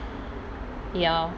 ya